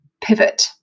pivot